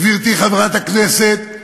גברתי חברת הכנסת,